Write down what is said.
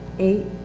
eight,